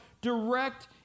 direct